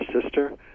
sister